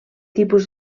tipus